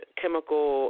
chemical